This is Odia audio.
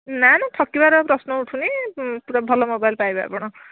ନା ନା ଠକିବାର ପ୍ରଶ୍ନ ଉଠୁନାହିଁ ପୁରା ଭଲ ମୋବାଇଲ୍ ପାଇବେ ଆପଣ